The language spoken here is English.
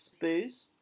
booze